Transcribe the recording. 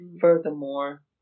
Furthermore